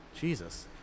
Jesus